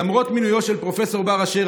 למרות מינויו של פרופסור בר-אשר,